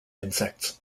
insects